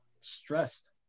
stressed